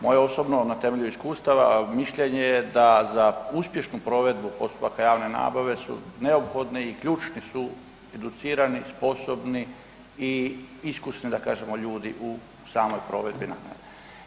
Moje osobno na temelju iskustva, mišljenje je da za uspješnu provedbu postupaka javne nabave su neophodni i ključni su educirani, sposobni i iskusni da kažemo ljudi u samoj provedbi nabave.